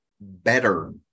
better